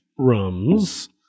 rums